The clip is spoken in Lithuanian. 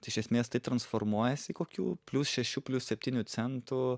tai iš esmės tai transformuojasi kokių plius šešių plius septynių centų